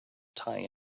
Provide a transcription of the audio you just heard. tie